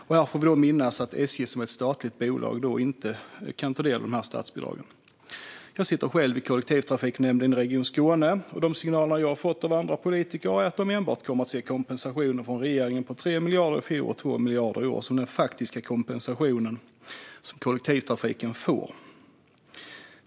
Vi ska då minnas att SJ som är ett statligt bolag inte kan ta del av de statsbidragen. Jag sitter själv med i kollektivtrafiknämnden i Region Skåne, och de signaler jag har fått av andra politiker är att de kommer att se enbart kompensationen från regeringen på 3 miljarder i fjol och 2 miljarder i år som den faktiska kompensation som kollektivtrafiken får.